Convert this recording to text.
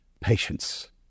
patience